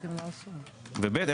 ובי"ת,